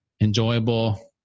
enjoyable